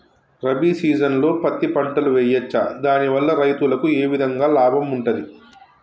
రబీ సీజన్లో పత్తి పంటలు వేయచ్చా దాని వల్ల రైతులకు ఏ విధంగా లాభం ఉంటది?